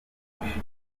ukabije